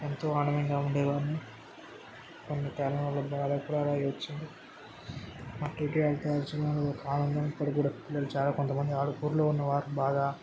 ఎంతో ఆనందంగా ఉండేవాడిని కొన్ని తరాలు బాధ కూడా అలాగే వచ్చింది అప్పటికే అంత ఆనందం ఇప్పటికీ కూడా పిల్లలు చాలా మంది ఆలకూరులో ఉన్నవారు బాగా